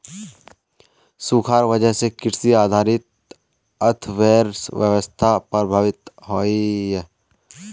सुखार वजह से कृषि आधारित अर्थ्वैवास्था प्रभावित होइयेह